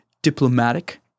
Diplomatic